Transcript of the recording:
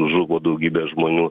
žuvo daugybė žmonių